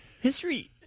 History